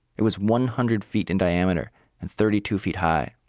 it was one hundred feet in diameter and thirty two feet high.